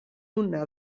una